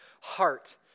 heart